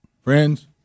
friends